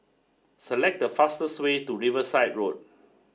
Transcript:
select the fastest way to Riverside Road